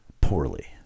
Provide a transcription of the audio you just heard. poorly